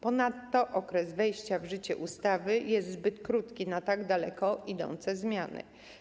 Ponadto okres wejścia w życie ustawy jest zbyt krótki na tak daleko idące zmiany.